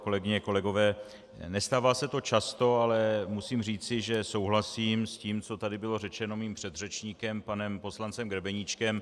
Kolegyně a kolegové, nestává se to často, ale musím říci, že souhlasím s tím, co tady bylo řečeno mým předřečníkem panem poslancem Grebeníčkem.